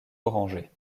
orangés